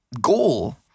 goal